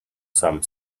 some